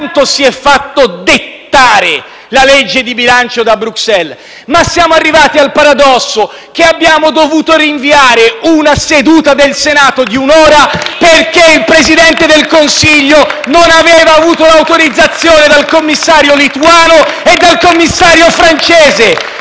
soltanto si sono fatti dettare la legge di bilancio da Bruxelles, ma siamo arrivati al paradosso che abbiamo dovuto rinviare una seduta del Senato di un'ora *(Applausi dai Gruppi PD e FI-BP)* perché il Presidente del Consiglio non aveva avuto l'autorizzazione dal Commissario lituano e dal Commissario francese.